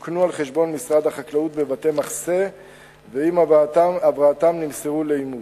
הם שוכנו על-חשבון משרד החקלאות בבתי-מחסה ועם הבראתם נמסרו לאימוץ.